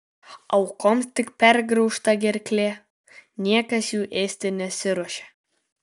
aukoms tik pergraužta gerklė niekas jų ėsti nesiruošė